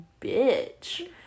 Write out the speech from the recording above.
bitch